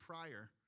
prior